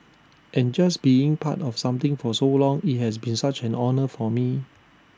and just being part of something for so long IT has been such an honour for me